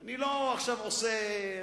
תוספת.